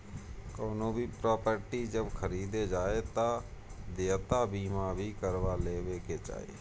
कवनो भी प्रापर्टी जब खरीदे जाए तअ देयता बीमा भी करवा लेवे के चाही